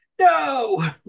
no